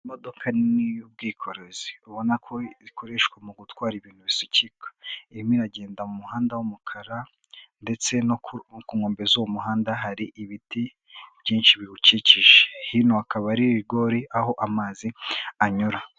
Imodoka nini y'ubwikorezi, ubona ko ikoreshwa mu gutwara ibintu bisukika, irimo iragenda mu muhanda w'umukara, ndetse no ku nkombe z'uwo muhanda hari ibiti byinshi biwukikije, hino akaba ari rigori aho amazi anyura.